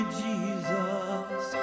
jesus